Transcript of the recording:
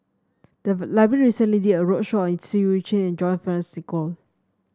the library recently did a roadshow on Seah Eu Chin and John Fearns